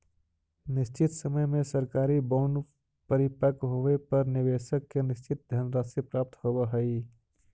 निश्चित समय में सरकारी बॉन्ड परिपक्व होवे पर निवेशक के निश्चित धनराशि प्राप्त होवऽ हइ